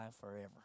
forever